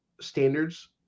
standards